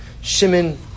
Shimon